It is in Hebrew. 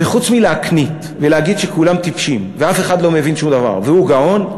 חוץ מלהקניט ולהגיד שכולם טיפשים ואף אחד לא מבין שום דבר והוא גאון,